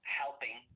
helping